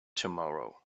tomorrow